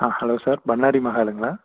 ஆ hello sir பண்ணாரி மஹாலுங்களா